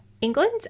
England